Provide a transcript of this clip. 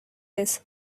this